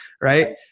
Right